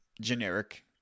generic